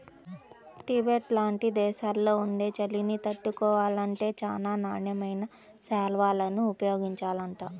Tibet లాంటి దేశాల్లో ఉండే చలిని తట్టుకోవాలంటే చానా నాణ్యమైన శాల్వాలను ఉపయోగించాలంట